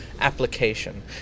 application